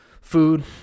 Food